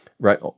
Right